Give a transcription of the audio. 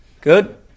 Good